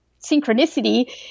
synchronicity